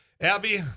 Abby